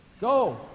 Go